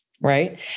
Right